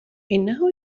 إنه